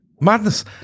Madness